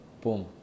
boom